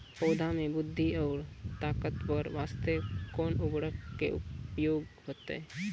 पौधा मे बृद्धि और ताकतवर बास्ते कोन उर्वरक के उपयोग होतै?